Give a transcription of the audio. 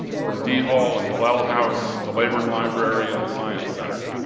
from d hall and hallel house to leyburn library and the science center,